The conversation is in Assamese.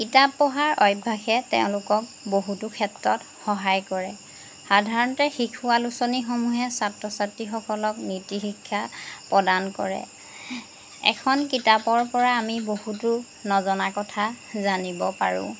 কিতাপ পঢ়াৰ অভ্যাসে তেওঁলোকক বহুতো ক্ষেত্ৰত সহায় কৰে সাধাৰণতে শিশু আলোচনীসমূহে ছাত্ৰ ছাত্ৰীসকলক নীতিশিক্ষা প্ৰদান কৰে এখন কিতাপৰ পৰা আমি বহুতো নজনা কথা জানিব পাৰোঁ